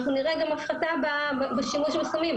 אנחנו נראה גם הפחתה בשימוש בסמים.